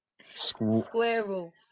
Squirrel